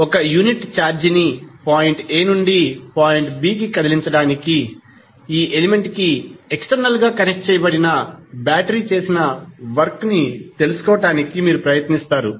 1 unit ఛార్జీని point a నుండి point b కి కదిలించడానికి ఈ ఎలిమెంట్ కి ఎక్స్టర్నల్ గా కనెక్ట్ చేయబడిన బ్యాటరీ చేసిన వర్క్ ని తెలుసుకోవడానికి మీరు ప్రయత్నిస్తారు